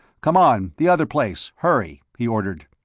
come on, the other place hurry! he ordered.